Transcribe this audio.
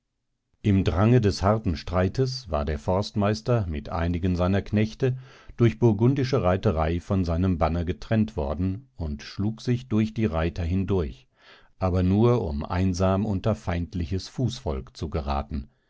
im drange des harten streites war der forstmeister mit einigen seiner knechte durch burgundische reiterei von seinem banner getrennt worden und schlug sich durch die reiter hindurch aber nur um einsam unter feindliches fußvolk zu geraten